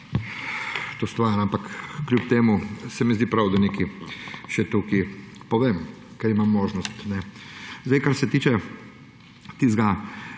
to stvar, ampak kljub temu se mi zdi prav, da nekaj še tukaj povem, ker imam možnost. Kar se tiče tiste